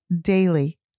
daily